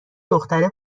دختره